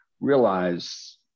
realize